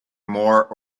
more